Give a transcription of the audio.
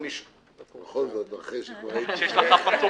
בכל זאת, אחרי --- יש לך פסוק